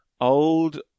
Old